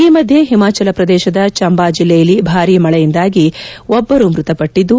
ಈ ಮಧ್ಯೆ ಹಿಮಾಚಲ ಪ್ರದೇಶದ ಚಂಬಾ ಜಿಲ್ಲೆಯಲ್ಲಿ ಭಾರೀ ಮಕೆಯಿಂದಾಗಿ ಒಬ್ಬರು ಮೃತಪಟ್ಲದ್ದು